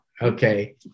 Okay